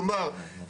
כלומר,